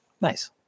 nice